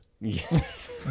Yes